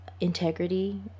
integrity